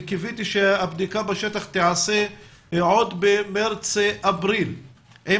אני קיוויתי שהבדיקה בשטח תיעשה עוד במרץ-אפריל עם